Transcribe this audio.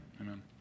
Amen